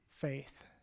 faith